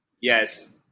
Yes